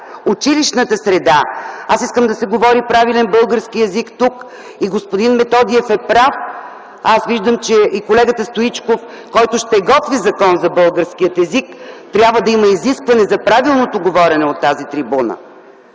Училищната среда. Аз искам да се говори правилен български език тук. Господин Методиев е прав, виждам, че и колегата Стоичков, който ще готви Закон за българския език - трябва да има изискване за правилното говорене от тази трибуна.